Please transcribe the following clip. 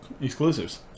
exclusives